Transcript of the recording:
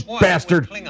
bastard